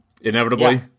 inevitably